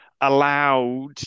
Allowed